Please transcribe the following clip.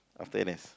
after N_S